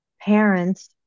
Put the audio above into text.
parents